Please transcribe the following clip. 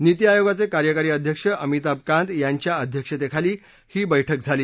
नीती आयोगाचे कार्यकारी अध्यक्ष अमिताभ कांत यांच्या अध्यक्षतेखाली ही बैठक संपन्न झाली